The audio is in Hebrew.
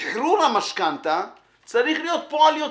שחרור המשכנתה צריך להיות פועל יוצא,